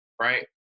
right